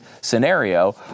scenario